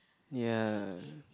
ya